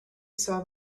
saw